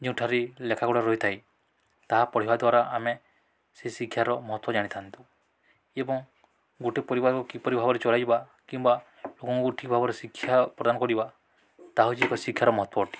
ଯେଉଁଠାରେ ଲେଖା ଗୁଡ଼ା ରହିଥାଏ ତାହା ପଢ଼ିବା ଦ୍ୱାରା ଆମେ ସେ ଶିକ୍ଷାର ମହତ୍ତ୍ୱ ଜାଣିଥାନ୍ତୁ ଏବଂ ଗୋଟେ ପରିବାରକୁ କିପରି ଭାବରେ ଚଳାଇବା କିମ୍ବା ଲୋକଙ୍କୁ ଠିକ୍ ଭାବରେ ଶିକ୍ଷା ପ୍ରଦାନ କରିବା ତାହା ହେଉଛି ଏକ ଶିକ୍ଷାର ମହତ୍ତ୍ୱ ଅଟେ